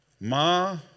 Ma